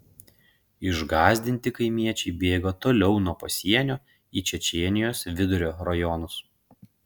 išgąsdinti kaimiečiai bėga toliau nuo pasienio į čečėnijos vidurio rajonus